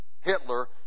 Hitler